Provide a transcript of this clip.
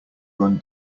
run